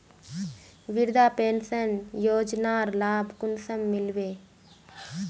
वृद्धा पेंशन योजनार लाभ कुंसम मिलबे?